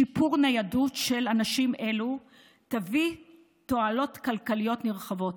שיפור הניידות של אנשים אלו יביא תועלות כלכליות נרחבות,